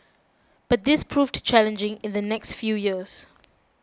but this proved challenging in the next few years